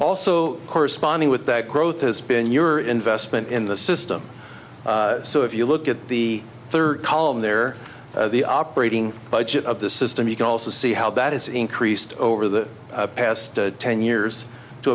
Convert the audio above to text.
also corresponding with that growth has been your investment in the system so if you look at the third column there the operating budget of the system you can also see how that has increased over the past ten years to